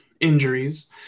injuries